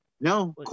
No